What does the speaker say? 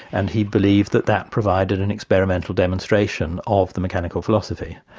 and he believed that that provided an experimental demonstration of the mechanical philosophy.